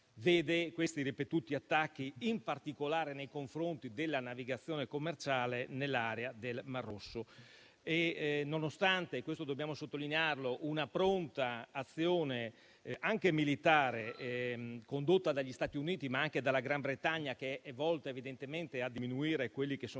vede questi ripetuti attacchi, in particolare nei confronti della navigazione commerciale nell'area del mar Rosso. Nonostante una pronta azione anche militare condotta dagli Stati Uniti, ma anche dalla Gran Bretagna, che è volta evidentemente a diminuire questi atti,